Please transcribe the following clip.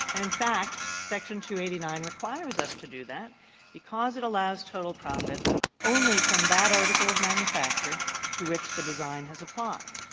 and, in fact, section eighty nine requires us to do that because it allows total profit only from that article of manufacture to which the design has applied.